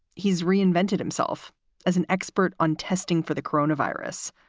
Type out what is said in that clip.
he's reinvented himself as an expert on testing for the corona virus.